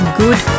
good